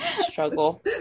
Struggle